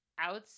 outs